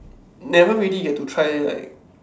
never really get to try like